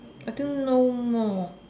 I think no more